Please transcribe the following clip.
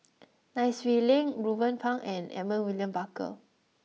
Nai Swee Leng Ruben Pang and Edmund William Barker